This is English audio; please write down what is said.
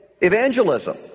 evangelism